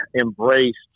embraced